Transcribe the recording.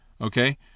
Okay